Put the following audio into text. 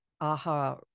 aha